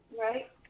right